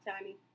tiny